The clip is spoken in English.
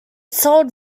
sold